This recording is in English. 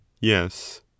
Yes